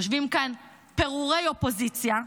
יושבים כאן פירורי אופוזיציה,